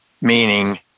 meaning